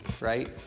right